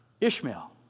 Ishmael